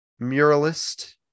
muralist